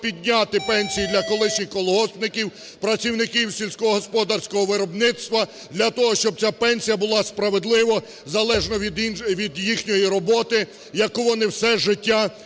підняти пенсії для колишніх колгоспників, працівників сільськогосподарського виробництва для того, щоб ця пенсія була справедливою, залежно від їхньої роботи, яку вони все життя